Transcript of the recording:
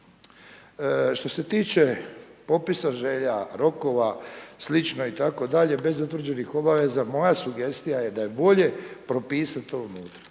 Što se tiče popisa želja, rokova, slično itd., bez utvrđenih obaveza moja sugestija je da je bolje propisat